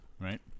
right